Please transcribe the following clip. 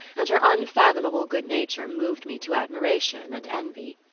and her unfathomable good nature moved me to admiration and envy.